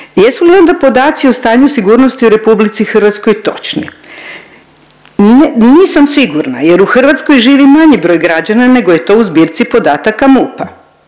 Jesu li onda podaci o stanju sigurnosti u RH točni? Nisam sigurna jer u Hrvatskoj živi manji broj građana nego je to u zbirci podataka MUP-a.